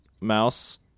Mouse